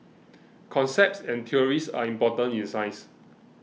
concepts and theories are important in science